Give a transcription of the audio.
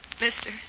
Mister